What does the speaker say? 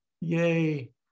Yay